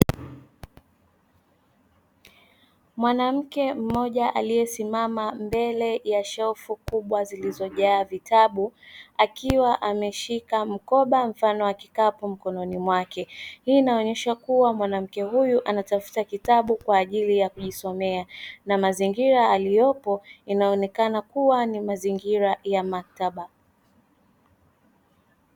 Mwanamke mmoja aliyesimama mbele ya shelfu kubwa zilizojaa vitabu akiwa ameshika mkoba mfano wa kikapu mkononi mwake, hii inaonyesha kuwa mwanamke huyu anatafuta kitabu kwa ajili ya kujisomea, na mazingira aliyopo inaonekana kuwa ni mazingira ya maktaba.